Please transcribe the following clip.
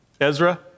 Ezra